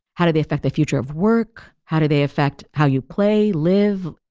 how do they affect the future of work? how do they affect how you play, live?